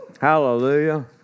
Hallelujah